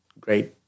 great